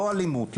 לא אלימות,